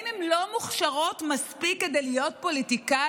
האם הן לא מוכשרות מספיק כדי להיות פוליטיקאיות?